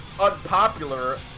unpopular